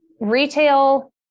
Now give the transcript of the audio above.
retail